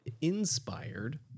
inspired